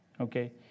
okay